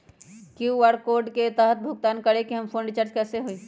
QR code के तहद भुगतान करके हम फोन रिचार्ज कैसे होई?